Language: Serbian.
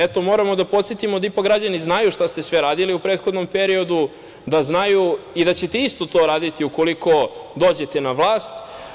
Eto, moramo da podsetimo da ipak građani znaju šta ste sve radili u prethodnom periodu, da znaju da ćete isto to raditi ukoliko dođete na vlast.